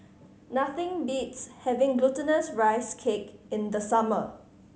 nothing beats having Glutinous Rice Cake in the summer